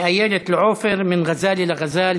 מאיילת לעפר, מן ע'זלה לע'זל.